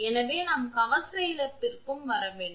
எனவே நாம் கவச இழப்பிற்கும் வர வேண்டும்